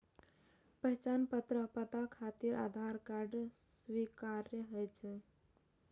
पहचान पत्र आ पता खातिर आधार कार्ड स्वीकार्य होइ छै